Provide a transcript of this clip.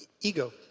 Ego